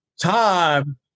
time